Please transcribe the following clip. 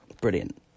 Brilliant